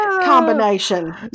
combination